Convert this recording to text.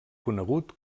conegut